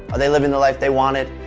are they living the life they wanted?